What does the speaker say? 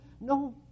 no